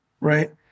right